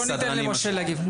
בואו ניתן למשה להגיב.